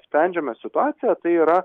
sprendžiame situaciją tai yra